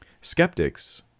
Skeptics